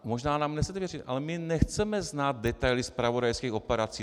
Možná nám nechcete věřit, ale my nechceme znát detaily zpravodajských operací.